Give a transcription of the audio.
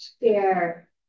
share